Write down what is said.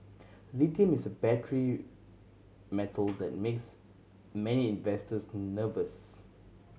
lithium is a battery metal that makes many investors nervous